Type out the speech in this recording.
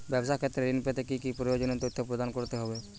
ব্যাবসা ক্ষেত্রে ঋণ পেতে কি কি প্রয়োজনীয় তথ্য প্রদান করতে হবে?